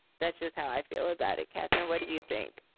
that's just how i feel about it. catherine, what do you think?